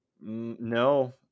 No